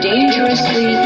dangerously